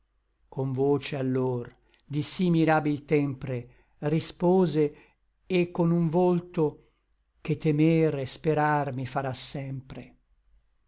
con voce allor di sí mirabil tempre rispose et con un volto che temer et sperar mi farà sempre